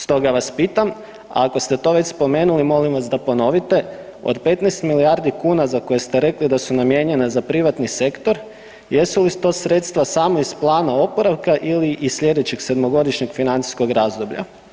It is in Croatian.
Stoga vas pitam, a ako ste to već spomenuli molim vas da ponovite, od 15 milijardi kuna za koje ste rekli da su namijenjena za privatni sektor jesu li to sredstva samo iz plana oporavka ili i iz slijedećeg sedmogodišnjeg financijskog razdoblja.